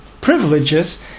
privileges